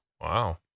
Wow